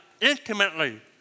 intimately